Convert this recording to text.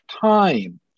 time